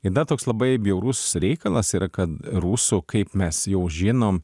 ir dar toks labai bjaurus reikalas yra kad rusų kaip mes jau žinom